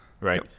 right